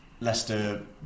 Leicester